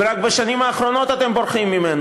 ורק בשנים האחרונות אתם בורחים ממנו.